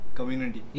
Community